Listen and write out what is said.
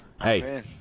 Hey